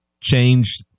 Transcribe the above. change